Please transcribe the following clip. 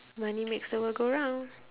money makes the world go round